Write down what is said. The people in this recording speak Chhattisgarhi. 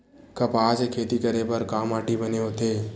कपास के खेती करे बर का माटी बने होथे?